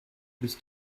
bis